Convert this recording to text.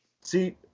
See